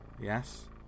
Yes